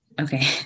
okay